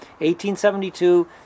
1872